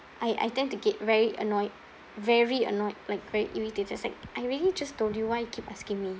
I I tend to get very annoyed very annoyed like very irritated it's like I really just told you why you keep asking me